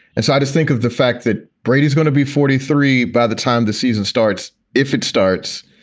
and so i just think of the fact that brady is going to be forty three by the time the season starts. if it starts.